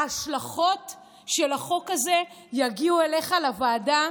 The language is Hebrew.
ההשלכות של החוק הזה יגיעו אליך לוועדה,